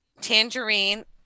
tangerine